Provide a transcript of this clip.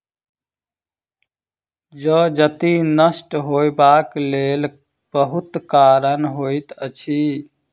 जजति नष्ट होयबाक बहुत कारण होइत अछि